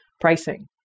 pricing